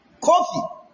Coffee